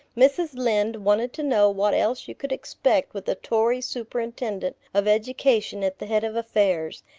mrs. lynde wanted to know what else you could expect with a tory superintendent of education at the head of affairs,